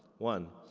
one,